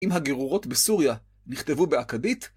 אם הגירורות בסוריה נכתבו באכדית?